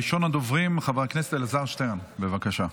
ראשון הדוברים, חבר הכנסת אלעזר שטרן, בבקשה.